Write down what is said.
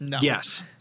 Yes